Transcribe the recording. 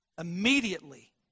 immediately